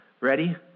ready